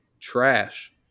trash